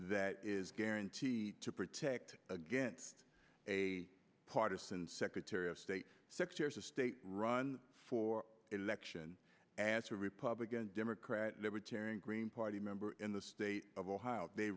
that is guaranteed to protect against a partisan secretary of state six years a state run for election answer a republican democrat libertarian green party member in the state of ohio they